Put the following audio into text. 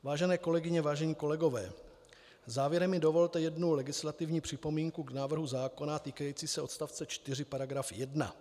Vážené kolegyně, vážení kolegové, závěrem mi dovolte jednu legislativní připomínku k návrhu zákona týkající se odstavce 4 § 1.